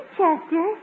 Chester